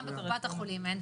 גם בקופת החולים אין,